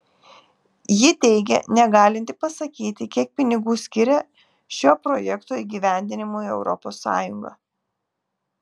ji teigė negalinti pasakyti kiek pinigų skiria šio projekto įgyvendinimui europos sąjunga